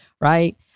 Right